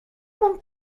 mam